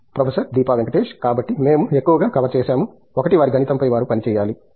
professor Deepa Venkatesh కాబట్టి మేము ఎక్కువగా కవర్ చేసాము ఒకటి వారి గణితం పై వారు పని చేయాలి